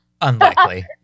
Unlikely